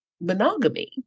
monogamy